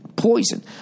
Poison